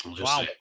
Wow